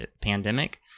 pandemic